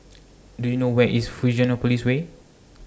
Do YOU know Where IS Fusionopolis Way